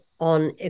on